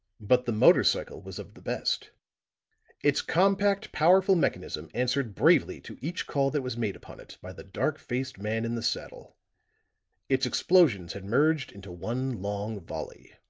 but the motor cycle was of the best its compact, powerful mechanism answered bravely to each call that was made upon it by the dark-faced man in the saddle its explosions had merged into one long volley.